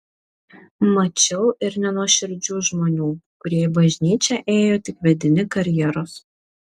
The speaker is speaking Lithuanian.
mačiau ir nenuoširdžių žmonių kurie į bažnyčią ėjo tik vedini karjeros